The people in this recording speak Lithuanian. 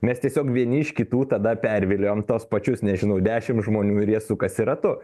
mes tiesiog vieni iš kitų tada perviliojam tuos pačius nežinau dešim žmonių ir jie sukasi ratu